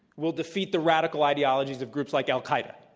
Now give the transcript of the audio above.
will defeat the radical ideologies of groups like al-qaida.